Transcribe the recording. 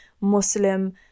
muslim